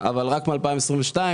הרי אתם קיצצתם בעוד הרבה דברים אחרים.